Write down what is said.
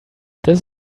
this